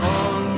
on